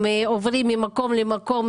הם עוברים ממקום למקום,